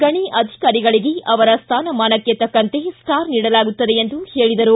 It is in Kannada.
ಗಣಿ ಅಧಿಕಾರಿಗಳಿಗೆ ಅವರ ಸ್ಥಾನಮಾನಕ್ಕೆ ತಕ್ಕಂತೆ ಸ್ಟಾರ್ ನೀಡಲಾಗುತ್ತದೆ ಎಂದು ಹೇಳಿದರು